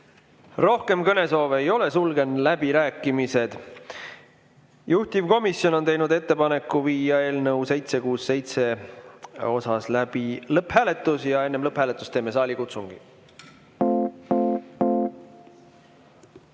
Rohkem kõnesoove ei ole, sulgen läbirääkimised. Juhtivkomisjon on teinud ettepaneku viia läbi eelnõu 767 lõpphääletus. Enne lõpphääletust teeme saalikutsungi. Head